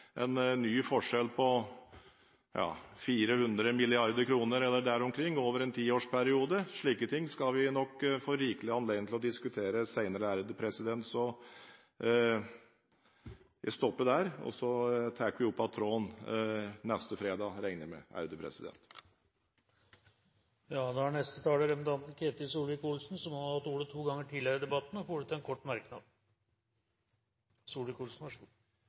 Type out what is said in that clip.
en ny forskjell på 400 mrd. kr eller der omkring over en tiårsperiode. Slike ting skal vi nok få rikelig anledning til å diskutere senere. Jeg stopper der, og jeg regner med at vi tar opp igjen tråden neste fredag. Representanten Ketil Solvik-Olsen har hatt ordet to ganger tidligere og får ordet til en kort merknad,